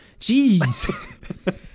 Jeez